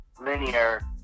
linear